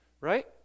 right